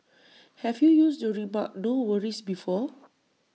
have you used the remark no worries before